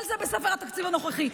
כל זה בספר התקציב הנוכחי.